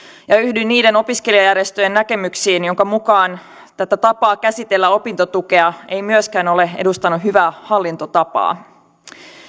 ja yhdyn niiden opiskelijajärjestöjen näkemyksiin joiden mukaan tämä tapa käsitellä opintotukea ei myöskään ole edustanut hyvää hallintotapaa